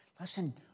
Listen